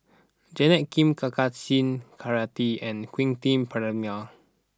Janet Lim Kartar Singh Thakral and Quentin Pereira